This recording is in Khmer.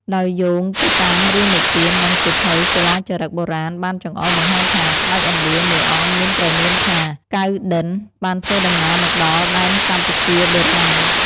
ដោយយោងទៅតាមរឿងនិទាន និងសៀវភៅសិលាចារឹកបុរាណបានចង្អុលបង្ហាញថា ស្ដេចឥណ្ឌាមួយអង្គមានព្រះនាមថា កៅណ្ឌិន្យ បានធ្វើដំណើរមកដល់ដែនកម្ពុជាបុរាណ។